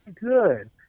good